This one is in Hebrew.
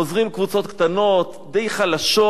חוזרות קבוצות קטנות, די חלשות,